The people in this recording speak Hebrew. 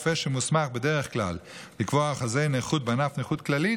רופא שמוסמך בדרך כלל לקבוע אחוזי נכות בענף נכות כללית,